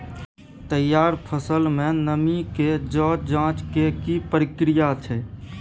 तैयार फसल में नमी के ज जॉंच के की प्रक्रिया छै?